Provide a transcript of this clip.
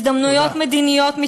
הזדמנויות מדיניות,